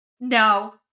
no